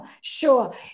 sure